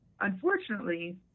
unfortunately